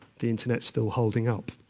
the internet's still holding up.